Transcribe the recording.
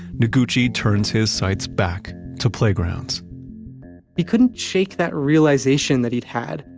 noguchi turns his sights back to playgrounds he couldn't shake that realization that he'd had,